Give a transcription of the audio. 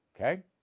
Okay